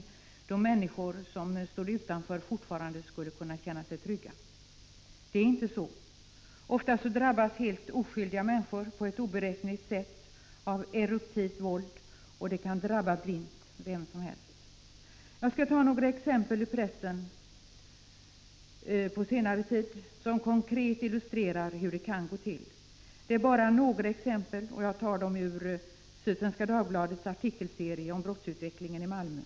I så fall skulle ju människor som står utanför dessa kunna känna sig trygga. Men så är det inte. Oftast drabbas helt oskyldiga människor på ett oberäkneligt sätt av eruptivt våld som drabbar blint. Vem som helst kan alltså drabbas. Jag skall anföra några exempel på våld som det under senare tid stått att läsa om i pressen och som konkret illustrerar hur det kan gå till. Följande exempel är hämtade ur Sydsvenska Dagbladets artikel serie om brottsutvecklingen i Malmö.